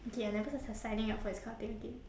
okay I never go s~ s~ signing up for this kind of thing again